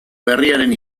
berriaren